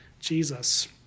Jesus